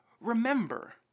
Remember